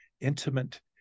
intimate